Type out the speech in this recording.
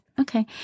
Okay